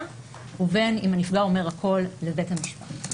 ובין אם הנפגע אומר הכול לבית המשפט.